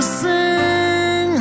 sing